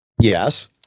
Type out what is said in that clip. Yes